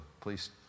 please